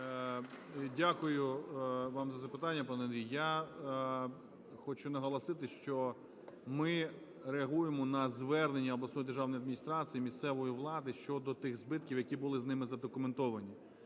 Дякую вам за запитання, пане Андрій. Я хочу наголосити, що ми реагуємо на звернення обласної державної адміністрації, місцевої влади щодо тих збитків, які були ними задокументовані.